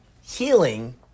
healing